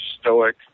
stoic